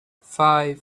five